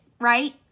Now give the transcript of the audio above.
Right